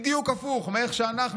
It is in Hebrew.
בדיוק הפוך מאיך שאנחנו,